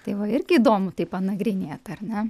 tai va irgi įdomu tai panagrinėt ar ne